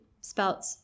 spelt